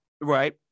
right